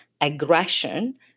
aggression